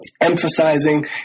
emphasizing